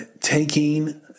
taking